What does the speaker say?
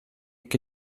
que